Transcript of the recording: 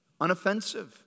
unoffensive